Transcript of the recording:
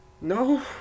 No